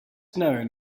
known